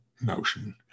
notion